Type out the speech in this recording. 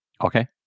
okay